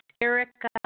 Erica